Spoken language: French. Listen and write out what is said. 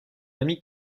ami